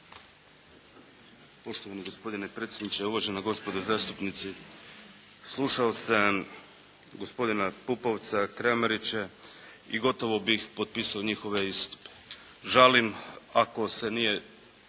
Poštovani gospodine predsjedniče, uvažena gospodo zastupnici. Slušao sam gospodina Pupovca, Kramarića i gotovo bih potpisao njihove istupe.